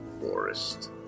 forest